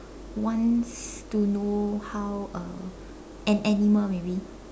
wants to know how a an animal maybe